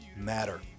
matter